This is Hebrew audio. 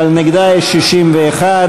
אבל נגדה יש 61,